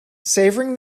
savouring